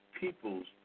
people's